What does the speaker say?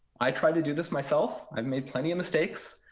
i try to do this myself. i've made plenty of mistakes.